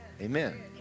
Amen